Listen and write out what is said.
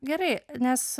gerai nes